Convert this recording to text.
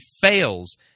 fails